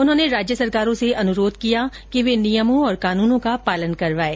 उन्होंने राज्य सरकारों से अनुरोध किया है कि वे नियमों और कानूनों का पालन करवाएं